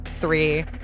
Three